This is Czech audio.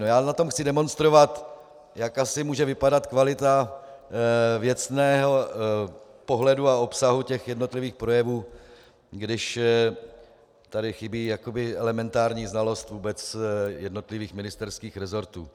Já na tom chci demonstrovat, jak asi může vypadat kvalita věcného pohledu a obsahu jednotlivých projevů, když tady chybí elementární znalost jednotlivých ministerských resortů.